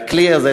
והכלי הזה,